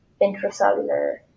intracellular